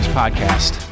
podcast